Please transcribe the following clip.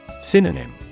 Synonym